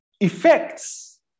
effects